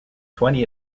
twenty